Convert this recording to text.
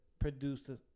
producers